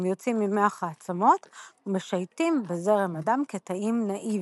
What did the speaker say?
הם יוצאים ממח העצמות ומשייטים בזרם הדם כ"תאים נאיביים".